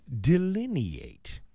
Delineate